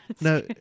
No